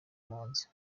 impunzi